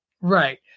Right